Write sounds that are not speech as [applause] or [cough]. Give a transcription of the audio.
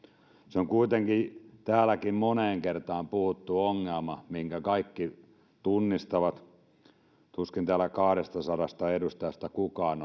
se on kuitenkin täälläkin moneen kertaan puhuttu ongelma minkä kaikki tunnistavat tuskin täällä kahdestasadasta edustajasta kukaan [unintelligible]